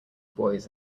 boys